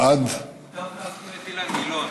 אדוני ראש הממשלה, מותר להזכיר את אילן גילאון.